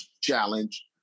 challenge